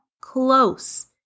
close